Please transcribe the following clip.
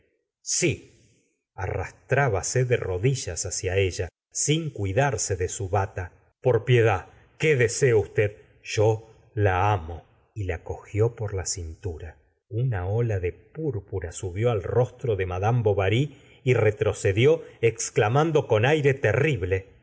arrastrábase de rodillas hacia ella sin c uidarse de su bata por piedad qué dese usted yo la amo y a cogió por la cintura una ola de púrpura subió al rostro de madame bovary y r etroceció exclamando con aire terrible